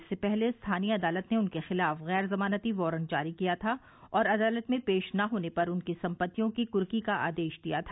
इससे पहले स्थानीय अदालत ने उनके खिलाफ गैर जमानती वारंट जारी किया था और अदालत में पेश न होने पर उनकी सम्पत्तियों की कुर्की का आदेश दिया था